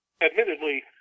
admittedly